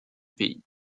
pays